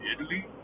Italy